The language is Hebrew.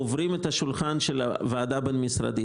עובר את השולחן של הוועדה הבין משרדית.